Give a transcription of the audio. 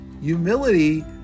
Humility